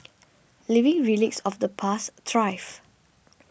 living relics of the past thrive